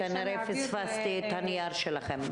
כנראה פספסתי את הנייר שלכם.